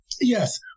Yes